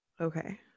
okay